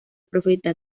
profeta